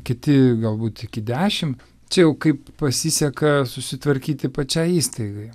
kiti galbūt iki dešim čia jau kaip pasiseka susitvarkyti pačiai įstaigai